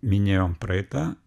minėjom praeitą